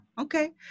Okay